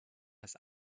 als